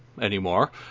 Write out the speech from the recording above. anymore